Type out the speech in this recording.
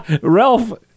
Ralph